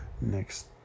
Next